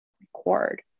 record